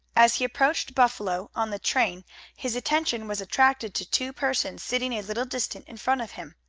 as he approached buffalo on the train his attention was attracted to two persons sitting a little distance in front of him.